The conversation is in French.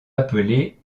appelée